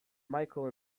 micheal